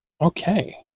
Okay